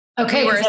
Okay